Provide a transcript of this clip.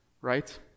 right